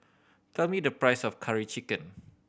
tell me the price of Curry Chicken